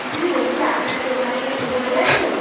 দি বলছি আপনার দোকানে বই আছে